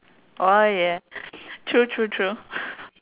orh yeah true true true